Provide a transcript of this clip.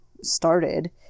started